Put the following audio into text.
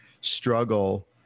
struggle